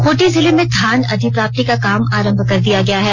खूंटी जिले में धान अधिप्राप्ति का काम आरंभ कर दिया गया है